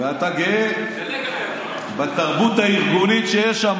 ואתה גאה בתרבות הארגונית שיש שמה?